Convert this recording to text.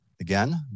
again